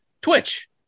Twitch